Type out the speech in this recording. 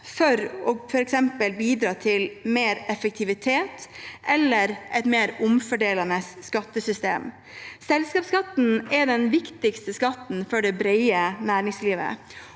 for f.eks. å bidra til mer effektivitet eller et mer omfordelende skattesystem. Selskapsskatten er den viktigste skatten for det brede næringslivet.